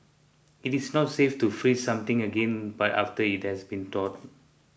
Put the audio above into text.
it is not safe to freeze something again but after it has been thawed